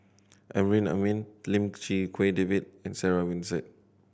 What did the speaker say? Amrin Amin Lim Chee Wai David and Sarah Winstedt